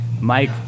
Mike